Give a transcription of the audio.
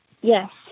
Yes